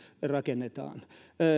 rakennetaan